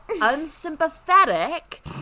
unsympathetic